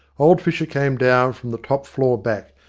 old fisher came down from the top floor back,